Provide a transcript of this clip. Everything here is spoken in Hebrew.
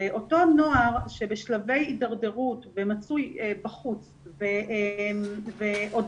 אותו נוער שבשלבי הדרדרות ומצוי בחוץ ועוד